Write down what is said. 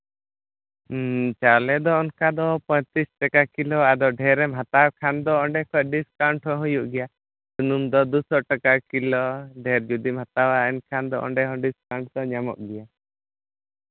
ᱦᱮᱸ ᱪᱟᱣᱞᱮ ᱫᱚ ᱚᱱᱠᱟ ᱫᱚ ᱯᱚᱸᱭᱛᱨᱤᱥ ᱴᱟᱠᱟ ᱠᱤᱞᱳ ᱟᱫᱚ ᱰᱷᱮᱨ ᱮᱢ ᱦᱟᱛᱟᱣ ᱠᱷᱟᱱ ᱫᱚ ᱚᱸᱰᱮ ᱠᱷᱚᱡ ᱰᱤᱥᱠᱟᱣᱩᱱᱴ ᱦᱚᱸ ᱦᱩᱭᱩᱜ ᱜᱮᱭᱟ ᱥᱩᱱᱩᱢ ᱫᱚ ᱫᱩ ᱥᱚ ᱴᱟᱠᱟ ᱠᱤᱞᱳ ᱰᱷᱮᱨ ᱡᱩᱫᱤᱢ ᱦᱟᱛᱟᱣᱟ ᱮᱱᱠᱷᱟᱱ ᱫᱚ ᱚᱸᱰᱮ ᱦᱚᱸ ᱰᱤᱥᱠᱟᱣᱩᱱᱴ ᱠᱚ ᱧᱟᱢᱚᱜ ᱜᱮᱭᱟ